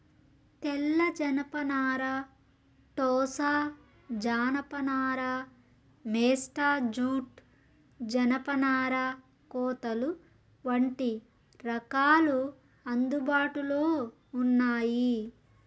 తెల్ల జనపనార, టోసా జానప నార, మేస్టా జూట్, జనపనార కోతలు వంటి రకాలు అందుబాటులో ఉన్నాయి